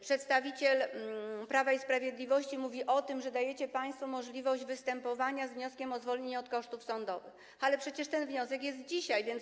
Przedstawiciel Prawa i Sprawiedliwości mówi o tym, że dajecie państwo możliwość występowania z wnioskiem o zwolnienie od kosztów sądowych, ale przecież ten wniosek dzisiaj jest.